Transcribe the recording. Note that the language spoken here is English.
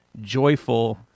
joyful